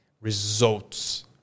results